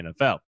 NFL